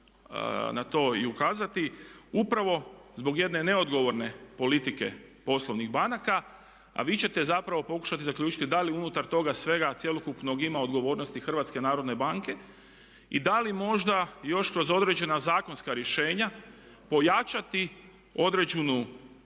na to i ukazati, upravo zbog jedne neodgovorne politike poslovnih banaka a vi ćete zapravo pokušati zaključiti da li unutar toga svega cjelokupnog ima odgovornosti HNB-a i da li možda još kroz određena zakonska rješenja pojačati određenu